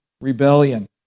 rebellion